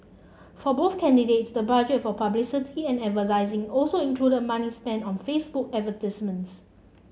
for both candidates the budget for publicity and advertising also included money spent on Facebook advertisements